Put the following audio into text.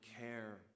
care